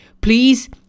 please